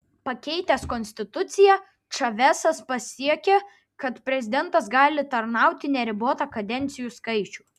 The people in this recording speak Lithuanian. pakeitęs konstituciją čavesas pasiekė kad prezidentas gali tarnauti neribotą kadencijų skaičių